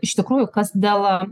iš tikrųjų kas dėl